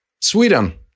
Sweden